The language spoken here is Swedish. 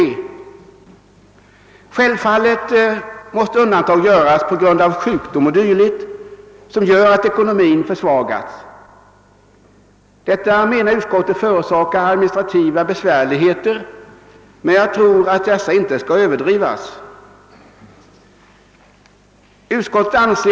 Självfallet måste undantag göras vid sjukdom o. d. som gör att ekonomin försvagats. Detta menar emellertid utskottet förorsakar administrativa besvärligheter, som emellertid inte skall överdrivas.